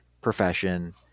profession